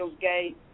Gate